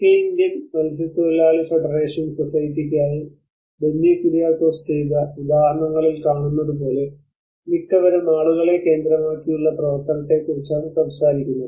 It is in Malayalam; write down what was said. തെക്കേ ഇന്ത്യൻ മത്സ്യത്തൊഴിലാളി ഫെഡറേഷൻ സൊസൈറ്റിക്കായി ബെന്നി കുറിയാക്കോസ് ചെയ്ത ഉദാഹരണങ്ങളിൽ കാണുന്നത് പോലെ മിക്കവരും ആളുകളെ കേന്ദ്രമാക്കിയുള്ള പ്രവർത്തനത്തെക്കുറിച്ചാണ് സംസാരിക്കുന്നത്